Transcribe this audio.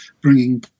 bringing